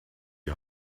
die